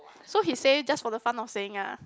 so he say just for the fun of saying ah